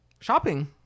Shopping